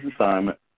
assignment